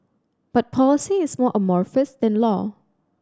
but policy is more amorphous than law